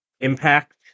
impact